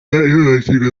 ihohoterwa